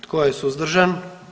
Tko je suzdržan?